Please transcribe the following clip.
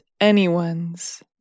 anyone's